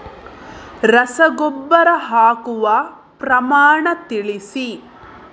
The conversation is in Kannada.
ರಸಗೊಬ್ಬರ ಹಾಕುವ ಪ್ರಮಾಣ ತಿಳಿಸಿ